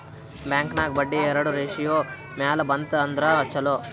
bank ನಾಗ್ ಬಡ್ಡಿ ಎರಡು ratio ಮ್ಯಾಲ ಬಂತ್ ಅಂದುರ್ ಛಲೋ